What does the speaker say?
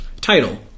Title